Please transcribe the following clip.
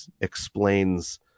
explains